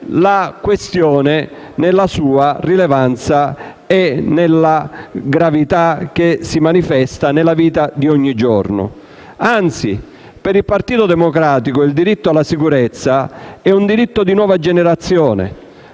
la questione nella sua rilevanza e gravità che si manifesta nella vita di ogni giorno. Anzi, per il Partito Democratico quello alla sicurezza è un diritto di nuova generazione.